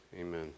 amen